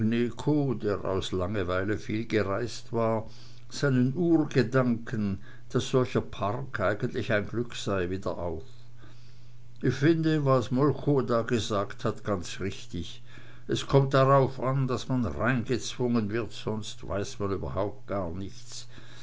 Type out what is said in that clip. der aus langerweile viel gereist war seinen urgedanken daß solcher park eigentlich ein glück sei wieder auf ich finde was molchow da gesagt hat ganz richtig es kommt drauf an daß man reingezwungen wird sonst weiß man überhaupt gar nichts